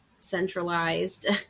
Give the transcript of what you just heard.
centralized